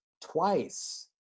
twice